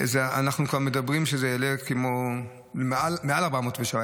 ואנחנו מדברים שזה יעלה למעל 417,